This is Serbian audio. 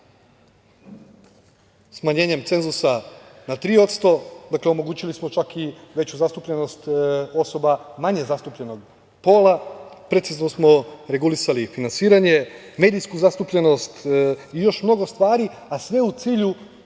smanjenjem cenzusa na 3%. Dakle, omogućili smo čak i veću zastupljenost osoba manje zastupljenog pola, precizno smo regulisali finansiranje, medijsku zastupljenost i još mnogo stvari, a sve u cilju